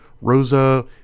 Rosa